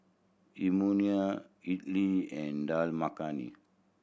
Imoni Idili and Dal Makhani